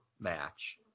Match